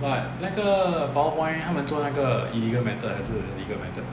but 那个 power point 他们做那个 illegal method 还是 legal method